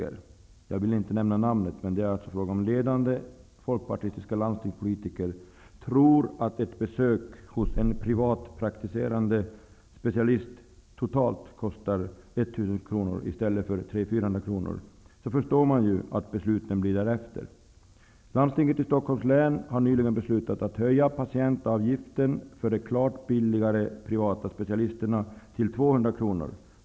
jag vill inte nämna namn, men det är alltså fråga om ledande folkpartistiska landstingspolitiker -- tror att ett besök hos en privatpraktiserande specialist kostar totalt 1000 kr i stället för 300--400 kr förstår man ju att besluten blir därefter. Landstinget i Stockholms län har nyligen beslutat att höja taxan för de klart billigare privata specialisterna till 200 kr.